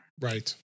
Right